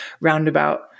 roundabout